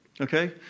Okay